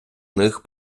них